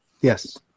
Yes